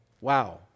Wow